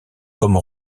comme